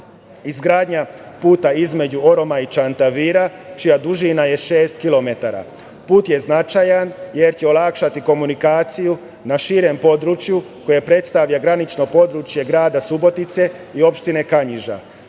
izgradnja puta između Oroma i Čantavira čija dužina je šest kilometara? Put je značajan jer će olakšati komunikaciju na širem području koje predstavlja granično područje grada Subotice i opštine Kanjiža. Takođe,